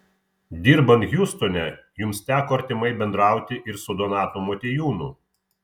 dirbant hjustone jums teko artimai bendrauti ir su donatu motiejūnu